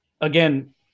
again